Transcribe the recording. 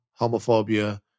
homophobia